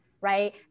right